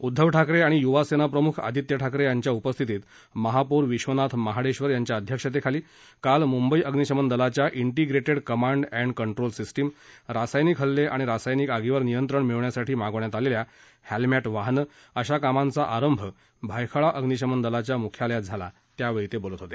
उद्धव ठाकरे आणि युवा सेना प्रमुख आदित्य ठाकरे यांच्या उपस्थितीत महापौर विश्वनाथ महाडेश्वर यांच्या अध्यक्षतेखाली काल मुंबई अग्निशमन दलाच्या integrated command and control system रासायनिक हल्ले आणि रासायनिक आगीवर नियंत्रण मिळवण्यासाठी मागवण्यात आलेल्या हस्मिटी वाहनं अशा कामांचा आरंभ भायखळा अग्निशमन दलाच्या मुख्यालयात झाला त्यावेळी ते बोलत होते